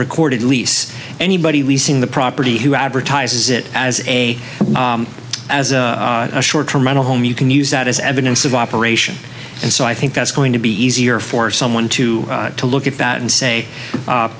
recorded lease anybody leasing the property who advertises it as a as a short term mental home you can use that as evidence of operation and so i think that's going to be easier for someone to to look at that and say